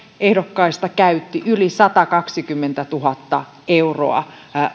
ehdokkaista käytti yli satakaksikymmentätuhatta euroa